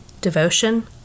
devotion